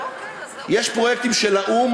אוקיי, אז, יש פרויקטים של האו"ם,